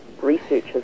researchers